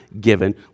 given